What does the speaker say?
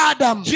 Adam